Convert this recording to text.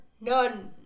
None